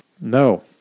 no